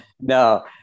No